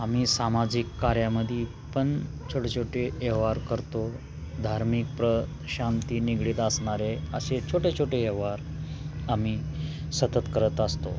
आम्ही सामाजिक कार्यामध्ये पण छोटे छोटे व्यवहार करतो धार्मिक प्रशांती निगडीत असणारे अशे छोटे छोटे व्यवहार आम्ही सतत करत असतो